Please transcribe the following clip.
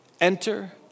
Enter